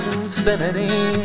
infinity